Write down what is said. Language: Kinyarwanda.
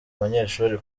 abanyeshuri